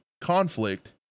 conflict